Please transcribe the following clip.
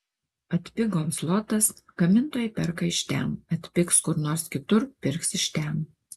atpigo zlotas gamintojai perka iš ten atpigs kur nors kitur pirks iš ten